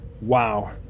Wow